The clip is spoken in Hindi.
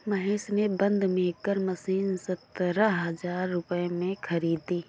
महेश ने बंद मेकर मशीन सतरह हजार रुपए में खरीदी